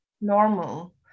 normal